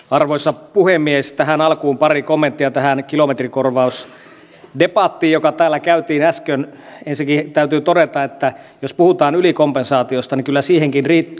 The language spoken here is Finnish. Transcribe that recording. arvoisa puhemies tähän alkuun pari kommenttia tähän kilometrikorvausdebattiin joka täällä käytiin äsken ensinnäkin täytyy todeta että jos puhutaan ylikompensaatiosta niin kyllä siihenkin